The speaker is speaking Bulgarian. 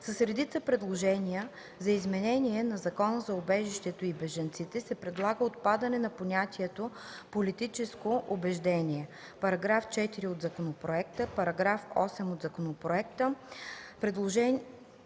С редица предложения за изменение на Закона за убежището и бежанците се предлага отпадане на понятието „политическо убеждение” (§ 4 от законопроекта, § 8 от законопроекта